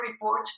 report